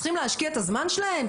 הם צריכים להשקיע את הזמן שלהם?